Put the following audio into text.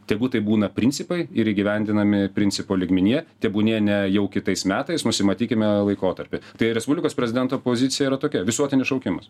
tegu tai būna principai ir įgyvendinami principo lygmenyje tebūnie ne jau kitais metais nusimatykime laikotarpį tai respublikos prezidento pozicija yra tokia visuotinis šaukimas